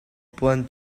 puan